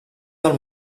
del